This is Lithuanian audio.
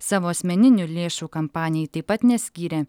savo asmeninių lėšų kampanijai taip pat neskyrė